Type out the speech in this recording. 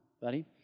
buddy